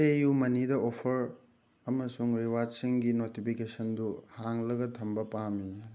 ꯄꯦ U ꯃꯅꯤꯗ offer ꯑꯃꯁꯨꯡ ꯔꯤꯋꯥꯔꯠꯁꯤꯡꯒꯤ ꯅꯣꯇꯤꯐꯤꯀꯦꯁꯟꯗꯨ ꯍꯥꯡꯂꯒ ꯊꯝꯕ ꯄꯥꯝꯃꯤ